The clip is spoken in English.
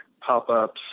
pop-ups